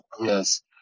Yes